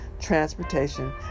transportation